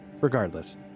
regardless